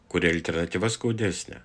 kuri alternatyva skaudesnė